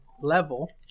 level